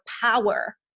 power